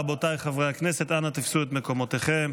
רבותיי חברי הכנסת, אנא תפסו את מקומותיכם.